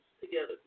together